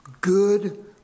Good